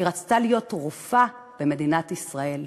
היא רצתה להיות רופאה במדינת ישראל.